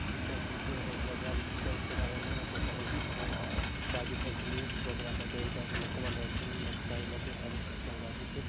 ଗୀତ ନୃତ୍ୟ ସବୁ ପ୍ରୋଗ୍ରାମ ଷ୍ଟେଜ ପ୍ରୋଗ୍ରାମ ହେଲେ ମଧ୍ୟ ସମ୍ବଲପୁରୀ ସଙ୍ଗ୍ ବାଜୁଥାଉଛି ପ୍ରୋଗ୍ରାମ ମଧ୍ୟ ଲୋକମାନେ ଏଣ୍ଟରଟେନମେଣ୍ଟ ପାଇଁ ମଧ୍ୟ ସମ୍ବଲପୁରୀ ସଙ୍ଗ୍ ବାଜୁଛି